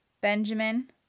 Benjamin